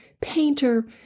painter